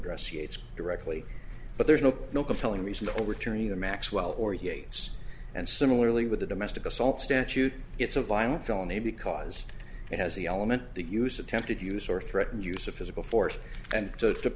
yates directly but there's no no compelling reason to overturn either maxwell or yates and similarly with a domestic assault statute it's a violent felony because it has the element the use attempted use or threatened use of physical force and so